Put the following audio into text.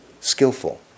skillful